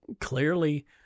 clearly